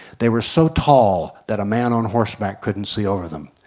they were so tall that a man on horseback couldn't see over them.